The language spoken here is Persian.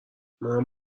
منم